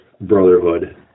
brotherhood